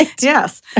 Yes